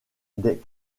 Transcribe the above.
des